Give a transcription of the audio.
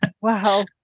Wow